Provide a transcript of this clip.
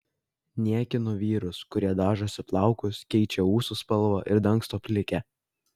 niekinu vyrus kurie dažosi plaukus keičia ūsų spalvą ir dangsto plikę